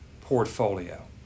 portfolio